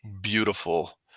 beautiful